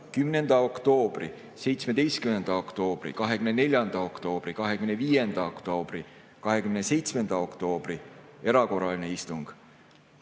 10. oktoobri, 17. oktoobri, 24. oktoobri, 25. oktoobri, 27. oktoobri – erakorraline istung